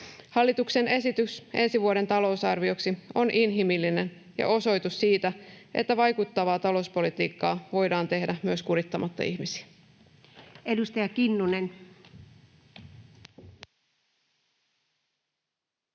Hallituksen esitys ensi vuoden talousarvioksi on inhimillinen ja osoitus siitä, että vaikuttavaa talouspolitiikkaa voidaan tehdä myös kurittamatta ihmisiä. Edustaja Kinnunen.